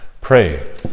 pray